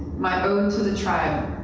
my ode to the tribe,